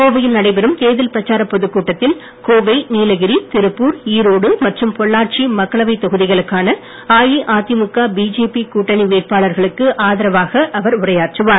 கோவையில் நடைபெறும் தேர்தல் பிரச்சாரப் பொதுக் கூட்டத்தில் கோவைநீலகிரி திருப்பூர் ஈரோடு மற்றும் பொள்ளாச்சி மக்களவை தொகுதிகளுக்கான அஇஅதிமுக பிஜேபி கூட்டணி வேட்பாளர்களுக்கு ஆதரவாக அவர் உரையாற்றுவார்